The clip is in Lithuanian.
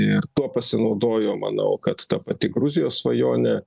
ir tuo pasinaudojo manau kad ta pati gruzijos svajonė